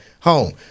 home